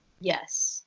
Yes